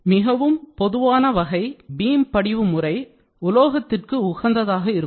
மிகவும் பொதுவான வகை பீம் படிவு முறை உலோகத்திற்கு உகந்ததாக இருக்கும்